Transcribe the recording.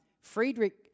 Friedrich